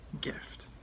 gift